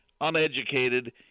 uneducated